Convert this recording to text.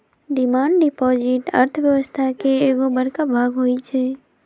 demand deposit अर्थव्यवस्था के एगो बड़का भाग होई छै